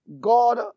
God